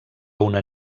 una